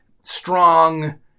strong